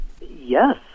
Yes